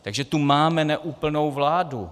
Takže tu máme neúplnou vládu.